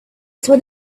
saw